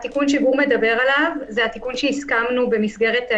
התיקון שגור מדבר עליו זה התיקון שהסכמנו במסגרת,